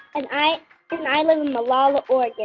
and i i live in molalla, ore. like yeah